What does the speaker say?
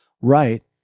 right